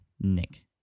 nick